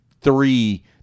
three